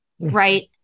right